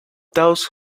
those